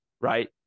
right